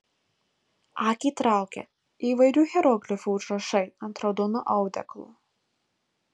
akį traukia įvairių hieroglifų užrašai ant raudono audeklo